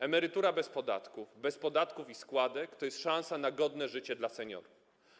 Emerytura bez podatków - bez podatków i składek - to jest szansa na godne życie dla seniorów.